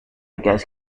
gas